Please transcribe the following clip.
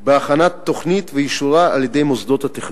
בהכנת תוכנית ובאישורה על-ידי מוסדות התכנון.